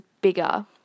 bigger